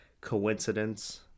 Coincidence